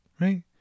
right